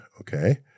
okay